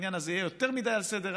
פן העניין הזה יהיה יותר מדי על סדר-היום,